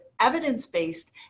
evidence-based